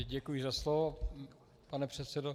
Děkuji za slovo, pane předsedo.